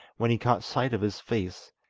when he caught sight of his face,